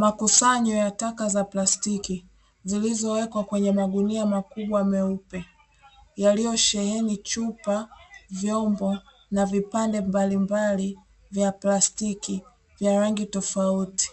Makusanyo ya taka za plastiki zilizowekwa kwenye magunia makubwa meupe, yaliyosheheni chupa vyombo na vipande mbalimbali vya plastiki vya rangi tofauti,